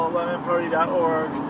LemonParty.org